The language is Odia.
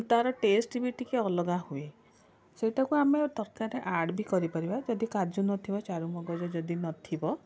ତାର ଟେଷ୍ଟ୍ ବି ଟିକିଏ ଅଲଗା ହୁଏ ସେଇଟାକୁ ଆମେ ତରକାରୀରେ ଆଡ଼୍ ବି କରିପାରିବା ଯଦି କାଜୁ ନଥିବ ଚାରୁମଗଜ ଯଦି ନଥିବ